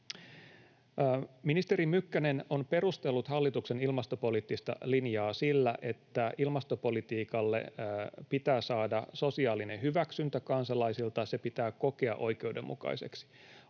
Ministeri Mykkänen on perustellut hallituksen ilmastopoliittista linjaa sillä, että ilmastopolitiikalle pitää saada sosiaalinen hyväksyntä kansalaisilta ja se pitää kokea oikeudenmukaiseksi.